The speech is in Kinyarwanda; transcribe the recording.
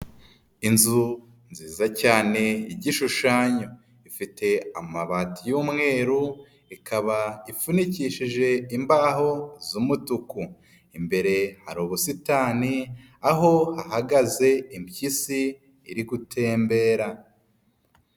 Inzu nziza cyane y'igishushanyo. Ifite amabati y'umweru ,ikaba ifunikishije imbaho z'umutuku. Imbere hari ubusitani aho hahagaze impyisi iri gutembera.